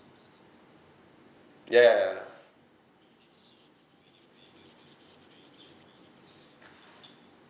ya ya ya